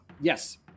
Yes